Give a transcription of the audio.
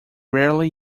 rarely